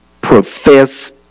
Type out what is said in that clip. profess